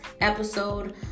episode